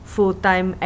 Full-time